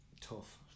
tough